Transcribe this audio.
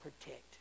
protect